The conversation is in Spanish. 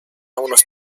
unos